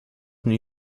new